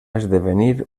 esdevenir